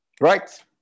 Right